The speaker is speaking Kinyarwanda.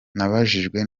nababajwe